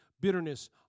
bitterness